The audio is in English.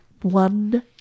one